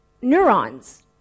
neurons